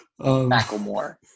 Macklemore